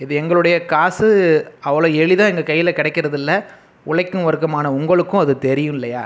இது எங்களுடைய காசு அவ்வளோ எளிதாக எங்கள் கையில கிடைக்கிறது இல்லை உழைக்கும் வர்க்கமான உங்களுக்கும் அது தெரியும் இல்லையா